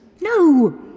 No